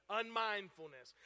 unmindfulness